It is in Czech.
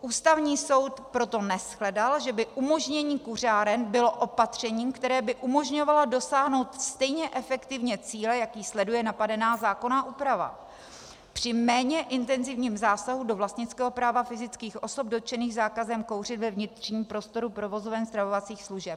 Ústavní soud proto neshledal, že by umožnění kuřáren bylo opatřením, které by umožňovalo dosáhnout stejně efektivně cíle, jaký sleduje napadená zákonná úprava při méně intenzivním zásahu do vlastnického práva fyzických osob dotčených zákazem kouření ve vnitřním prostoru provozoven stravovacích služeb.